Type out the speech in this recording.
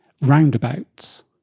roundabouts